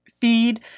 feed